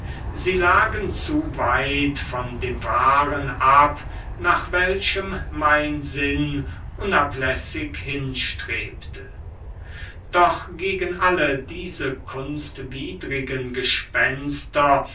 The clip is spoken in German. sie lagen zu weit von dem wahren ab nach welchem mein sinn unablässig hinstrebte doch gegen alle diese kunstwidrigen gespenster